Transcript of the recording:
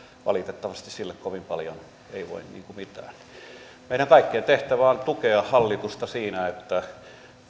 valitettavasti sille kovin paljon ei voi mitään meidän kaikkien tehtävä on tukea hallitusta siinä että